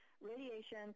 radiation